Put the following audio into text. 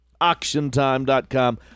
auctiontime.com